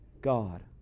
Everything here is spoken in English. God